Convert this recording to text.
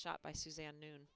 shot by suzanne noon